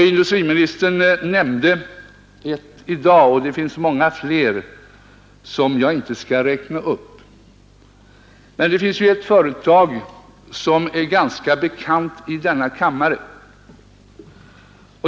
Industriministern nämnde ett i dag, och det finns många fler, som jag inte skall räkna upp, men ett av dem är ganska bekant i denna kammare.